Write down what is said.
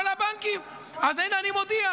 כל הבנקים --- איפה אתה חי?